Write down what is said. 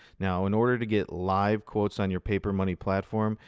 now, in order to get live quotes on your papermoney platform,